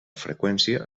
freqüència